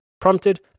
prompted